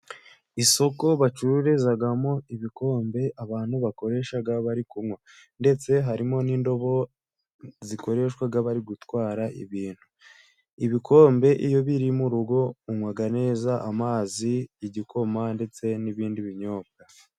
Isoko bacururizamo ibikombe abantu bakoresha bari kunywa. Ndetse harimo n'indobo zikoreshwa bari gutwara ibintu. Ibikombe iyo biri mu rugo, unywa neza amazi, igikoma ndetse n'ibindi binyobwa.